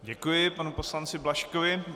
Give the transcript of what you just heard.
Děkuji panu poslanci Blažkovi.